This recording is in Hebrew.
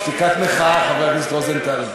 שתיקת מחאה, חבר הכנסת רוזנטל.